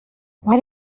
why